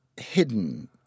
hidden